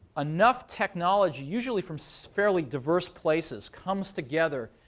enough technology, usually from so fairly diverse places, comes together,